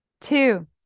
Two